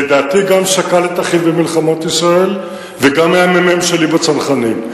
לדעתי גם שכל את אחיו במלחמות ישראל וגם היה מ"מ שלי בצנחנים.